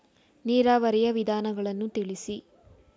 ನೀರಾವರಿಯ ವಿಧಾನಗಳನ್ನು ತಿಳಿಸಿ?